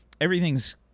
everything's